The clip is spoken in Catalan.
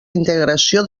integració